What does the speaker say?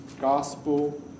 gospel